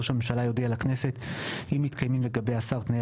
ראש הממשלה יודיע לכנסת אם מתקיימים לגבי השר תנאי